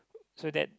so that